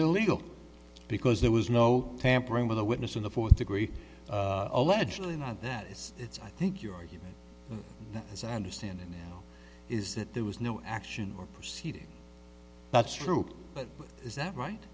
illegal because there was no tampering with a witness in the fourth degree allegedly not that is it's i think your argument as i understand it now is that there was no action or proceeding that's true is that right